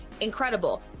Incredible